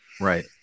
Right